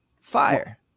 Fire